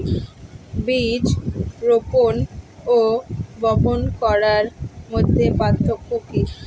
বীজ রোপন ও বপন করার মধ্যে পার্থক্য কি?